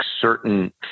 certain